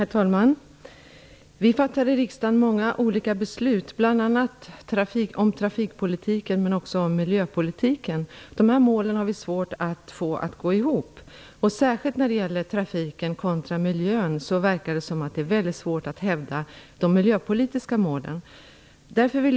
Herr talman! Vi fattar här i riksdagen många olika beslut, bl.a. om trafikpolitiken och om miljöpolitiken. Dessa mål har vi svårt att förena. Särskilt när det gäller trafiken kontra miljön verkar det som att det är väldigt svårt att hävda de miljöpolitiska målen.